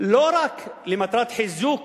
לא רק למטרת חיזוק